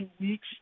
weeks